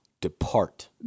depart